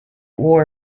war